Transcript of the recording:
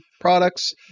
products